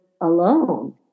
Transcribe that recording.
alone